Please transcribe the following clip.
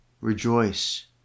Rejoice